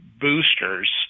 boosters